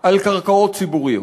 על קרקעות ציבוריות.